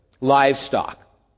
livestock